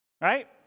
right